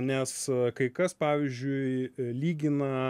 nes kai kas pavyzdžiui lygina